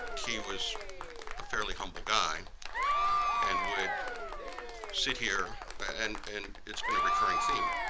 he was a fairly humble guy and would sit here and and it's been a recurring theme.